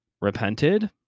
repented